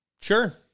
Sure